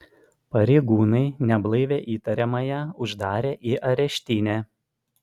pareigūnai neblaivią įtariamąją uždarė į areštinę